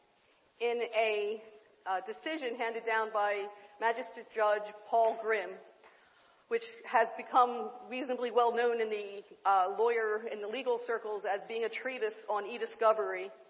in a decision handed down by magistrate judge paul grim which has become reasonably well-known in the lawyer in the legal circles as being a on e discovery.